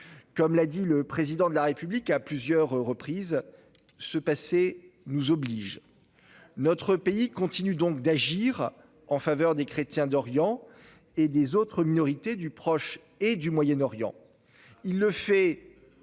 Comme l'a dit le Président de la République à plusieurs reprises, ce passé nous oblige. Voilà ! Notre pays continue donc d'agir en faveur des chrétiens d'Orient et des autres minorités du Proche et du Moyen-Orient.